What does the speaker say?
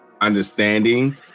understanding